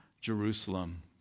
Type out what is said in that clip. Jerusalem